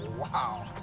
wow.